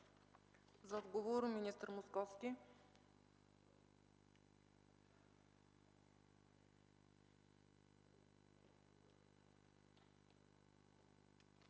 За отговор – министър Московски.